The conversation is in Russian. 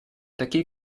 такие